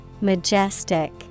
Majestic